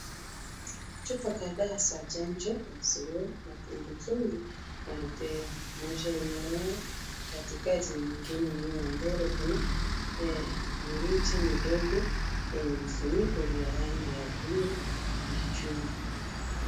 Chupa kadhaa za chanjo ya surua, matumbwitumbwi na rubela. Moja kunayo katikati nyingine nyuma. Mbele kuna mirija midogo yenye vifuniko vya rangi ya buluu na chungwa.